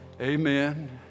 Amen